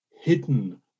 hidden